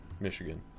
Michigan